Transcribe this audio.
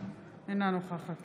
אינה נוכחת